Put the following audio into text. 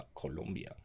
Colombia